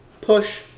push